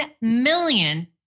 million